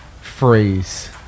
phrase